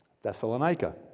Thessalonica